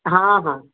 ହଁ ହଁ